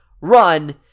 run